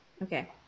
Okay